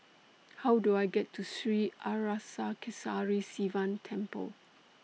How Do I get to Sri Arasakesari Sivan Temple